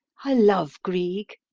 i love grieg.